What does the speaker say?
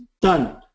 done